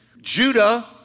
Judah